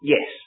Yes